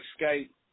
escape